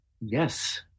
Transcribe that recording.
Yes